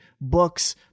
books